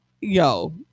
Yo